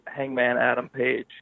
hangmanadampage